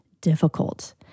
difficult